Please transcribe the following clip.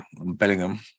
Bellingham